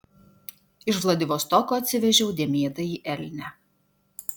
iš vladivostoko atsivežiau dėmėtąjį elnią